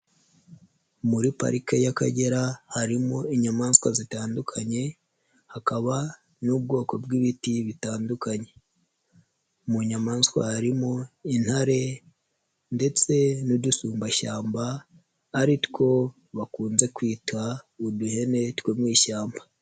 Muri Parike y'Akagera harimo inyamaswa zitandukanye hakaba n'ubwoko bw'ibiti bitandukanye, mu nyamaswa harimo intare ndetse n'udusumbashyamba ari two bakunze kwita uduhene two mu ishyamba.